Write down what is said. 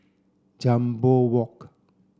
Jambol Walk